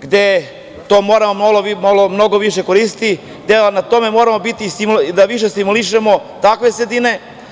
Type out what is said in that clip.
gde to moramo mnogo više koristiti, gde moramo da više stimulišemo takve sredine.